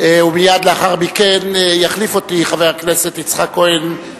ומייד לאחר מכן יחליף אותי חבר הכנסת יצחק וקנין,